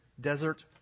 desert